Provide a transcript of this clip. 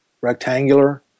rectangular